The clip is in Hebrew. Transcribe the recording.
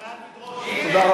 אתה חייב לדרוש, תודה.